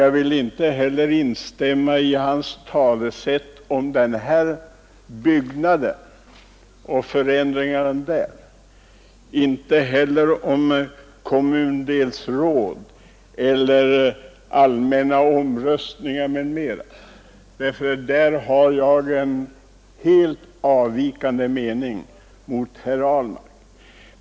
Jag vill inte heller instämma i vad han säger om riksdagen och förändringarna här, inte heller i vad han säger om kommundelsråd eller folkomröstningar m.m. eftersom jag där har en helt annan mening än han.